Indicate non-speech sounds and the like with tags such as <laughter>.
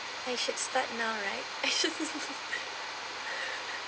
I should start now right <laughs>